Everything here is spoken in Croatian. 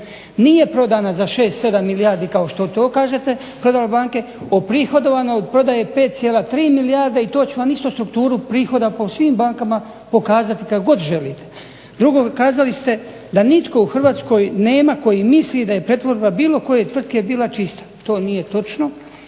Nije prodana za 6, 7 milijardi kao što kažete prodale banke, oprihodovano je od prodaje 5,3 milijarde i to ću vam isto strukturu prihoda po svim bankama pokazati kad god želite. Drugo, kazali ste da nitko u Hrvatskoj nema koji misli da je pretvorba bilo koje tvrtke bila čista. To nije točno.